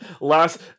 Last